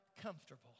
comfortable